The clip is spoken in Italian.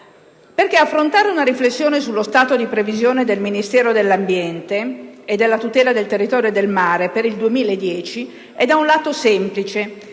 Affrontare una riflessione sullo stato di previsione del Ministero dell'ambiente e della tutela del territorio e del mare per il 2010 è, da un lato, semplice